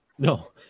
No